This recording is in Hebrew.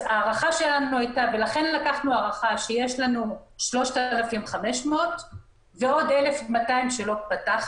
לכן לקחנו הערכה שיש לנו 3,500 ועוד 1,200 שלא דנו